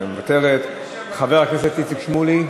מוותרת, חבר הכנסת איציק שמולי?